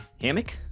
Hammock